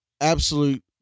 absolute